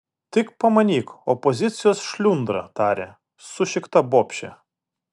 tik pamanyk opozicijos šliundra tarė sušikta bobšė